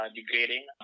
degrading